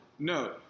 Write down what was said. No